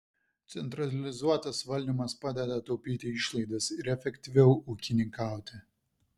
centralizuotas valdymas padeda taupyti išlaidas ir efektyviau ūkininkauti